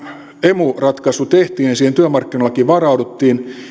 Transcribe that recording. emu ratkaisu tehtiin ja siihen työmarkkinoillakin varauduttiin